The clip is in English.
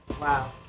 Wow